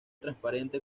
transparente